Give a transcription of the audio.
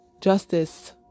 justice